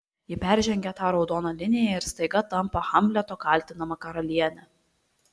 ji peržengia tą raudoną liniją ir staiga tampa hamleto kaltinama karaliene